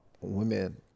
women